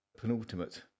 penultimate